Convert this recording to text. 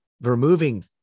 removing